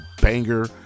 banger